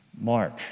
mark